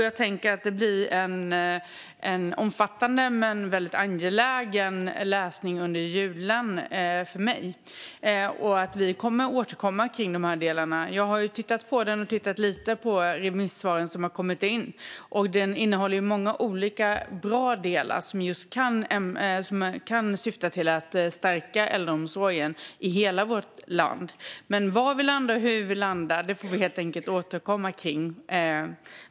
Det blir en omfattande men väldigt angelägen läsning för mig under julen. Vi kommer att återkomma kring de här delarna. Jag har tittat lite på utredningen och de remissvar som har kommit in, och utredningen innehåller många bra delar som kan syfta till att stärka äldreomsorgen i hela vårt land. Var och hur vi landar får vi helt enkelt återkomma till.